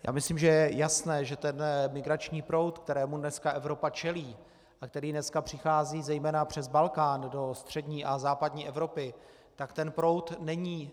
Já myslím, že je jasné, že ten migrační proud, kterému dneska Evropa čelí a který dneska přichází zejména přes Balkán do střední a západní Evropy, tak ten proud není homogenní.